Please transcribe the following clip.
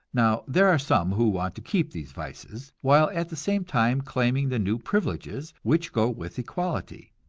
now there are some who want to keep these vices, while at the same time claiming the new privileges which go with equality.